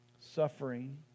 suffering